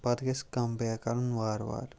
پَتہٕ گَژھِ come back کَرُن وارٕ وارٕ